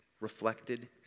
reflected